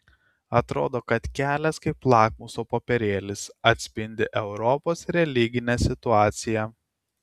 atrodo kad kelias kaip lakmuso popierėlis atspindi europos religinę situaciją